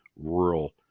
rural